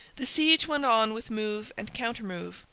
the siege went on with move and counter-move.